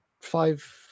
five